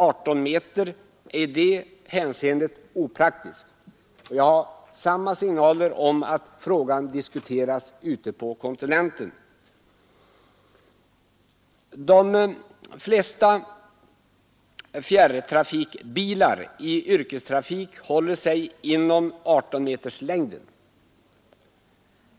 18 meter är i det hänseendet opraktiskt. Jag håller det inte för osannolikt att man ute på kontinenten kommer att ompröva 18-meterslängden. De flesta fjärrtrafikbilar i yrkestrafik håller sig inom 18-meterslängden.